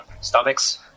stomachs